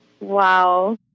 wow